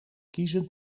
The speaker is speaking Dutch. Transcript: kiezen